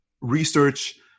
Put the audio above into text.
research